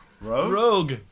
Rogue